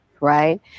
Right